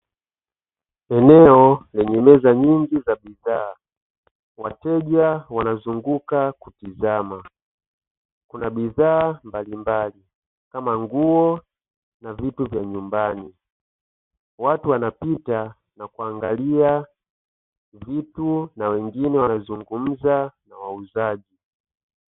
Eneo lenye meza nyingi za bidhaa, wateja wanazunguka kutizama kuna bidhaa mbalimbali kama nguo na vitu vya nyumbani, watu wanapita na kuangalia vitu na wengine wanazungumza na wauzaji.